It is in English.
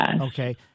okay